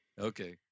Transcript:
okay